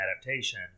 adaptation